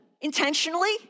intentionally